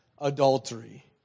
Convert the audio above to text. adultery